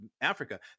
Africa